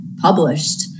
published